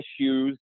issues